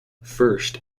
first